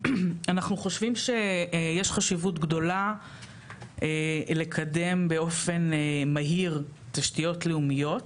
אנחנו חושבים שיש חשיבות גדולה לקדם באופן מהיר תשתיות לאומיות.